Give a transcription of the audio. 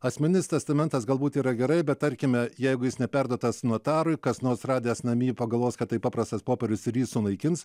asmeninis testamentas galbūt yra gerai bet tarkime jeigu jis neperduotas notarui kas nors radęs namie pagalvos kad tai paprastas popierius ir jį sunaikins